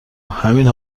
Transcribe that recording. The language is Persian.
همین